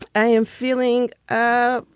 i am feeling ah